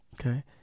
okay